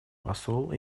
посол